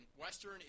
Western